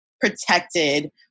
protected